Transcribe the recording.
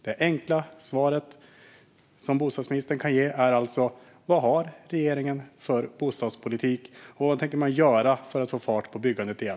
De enkla frågor som bostadsministern kan ge svar på är alltså vilken bostadspolitik regeringen har och vad den tänker göra för att få fart på byggandet igen.